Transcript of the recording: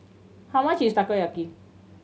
how much is Takoyaki